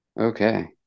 Okay